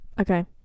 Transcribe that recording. okay